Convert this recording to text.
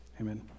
Amen